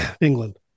England